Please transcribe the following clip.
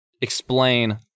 explain